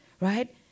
right